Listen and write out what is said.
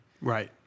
right